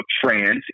France